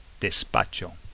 despacho